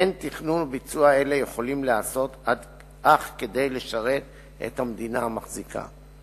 אין תכנון וביצוע אלה יכולים להיעשות אך כדי לשרת את המדינה המחזיקה".